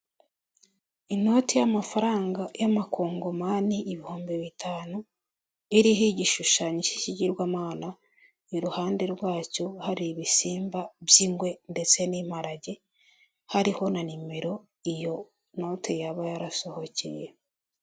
Inoti y'amafaranga y'amakongomani ibihumbi bitanu iriho igishushanyo cy'ikigirwamana iruhande rwacyo hari ibisimba by'ingwe ndetse n'imparage hariho na nimero iyo noti yaba yarasohokeye.